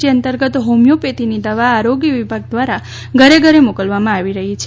જે અંતર્ગત હોમિયોપથીની દવા આરોગ્ય વિભાગ દ્રારા ઘરેઘરે મોકલવામાં આવી રહી છે